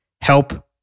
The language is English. help